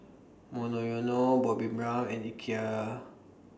Monoyono Bobbi Brown and Ikea